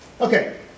Okay